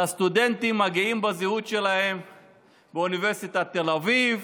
על הסטודנטים הגאים בזהות שלהם באוניברסיטת תל אביב,